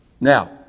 now